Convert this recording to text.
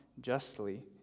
justly